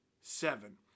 Seven